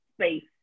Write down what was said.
space